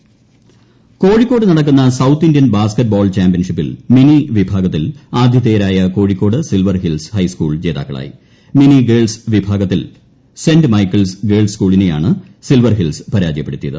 basketball championship Kozhikode നടക്കുന്ന south Indian basketball ചാംപ്യൻഷിപ്പിൽ mini വിഭാഗത്തിൽ ആതിഥേയരായ കോഴിക്കോട് സിൽവർ ഹിൽസ് ഹൈസ്കൂൾ ജേതാക്കളായി മിനി ഗേൾസ് വിഭാഗത്തിൽ സെന്റ്മൈക്കിൾസ് ഗേൾസ് സ്കൂളിനെയാണ് സിൽവർഹിൽസ് പരാജയപ്പെടുത്തിയത്